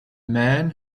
man